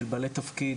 של בעלי תפקיד,